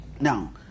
now